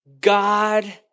God